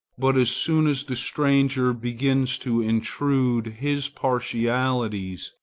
but as soon as the stranger begins to intrude his partialities,